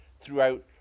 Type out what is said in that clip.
throughout